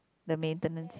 the maintenance